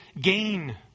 gain